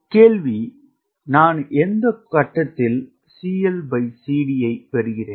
கேள்வி நான் எந்த கட்டத்தில் CLCD பெறுகிறேன்